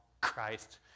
Christ